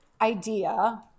idea